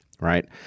right